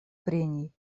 прений